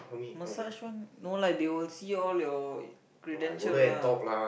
massage one no lah they will see all your credential lah